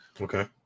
Okay